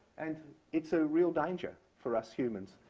and it's a real danger for us humans.